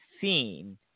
seen